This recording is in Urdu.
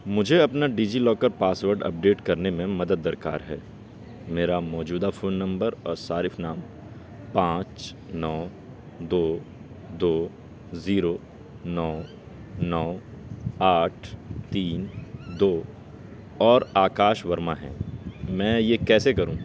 مجھے اپنا DigiLocker password update کرنے میں مدد درکار ہے میرا موجودہ فون نمبر اور صارف نام پانچ نو دو دو زیرو نو نو آٹھ تین دو اور آکاش ورما ہیں میں یہ کیسے کروں